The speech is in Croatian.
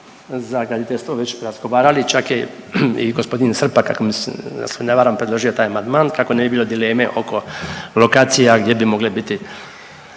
za graditeljstvo već razgovarali, čak je i g. Srpak ako se ne varam predložio taj amandman kako ne bi bilo dileme oko lokacija gdje bi mogle biti,